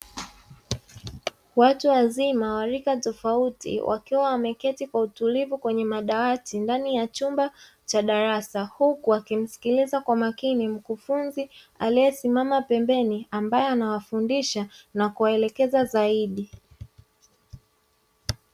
Watu wazima wa rika tofauti, wakiwa wameketi kwa utulivu kwenye madawati ndani ya chumba cha darasa, huku wakimsikiliza kwa makini mkufunzi aliyesimama pembeni, ambaye anawafundisha na kuwaelekeza zaidi.